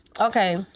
Okay